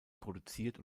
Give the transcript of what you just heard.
produziert